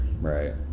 Right